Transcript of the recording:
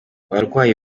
abarwayi